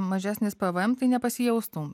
mažesnis pvm tai nepasijaustų